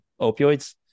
opioids